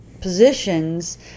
positions